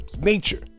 nature